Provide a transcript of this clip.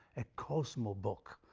a cosmos book,